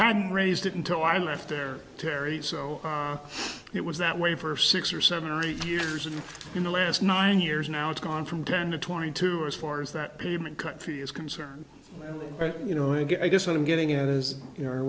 hadn't raised it until i left there terry so it was that way for six or seven or eight years and in the last nine years now it's gone from ten to twenty two as far as that pavement country is concerned but you know again i guess what i'm getting at is you know are